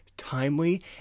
timely